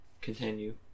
continue